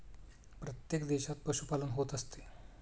प्रत्येक देशात पशुपालन होत असते